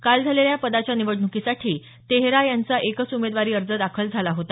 काल झालेल्या या पदाच्या निवडण्कीसाठी तेहरा यांचा एकच उमेदवारी अर्ज दाखल झाला होता